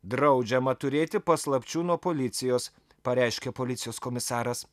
draudžiama turėti paslapčių nuo policijos pareiškė policijos komisaras